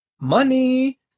money